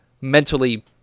mentally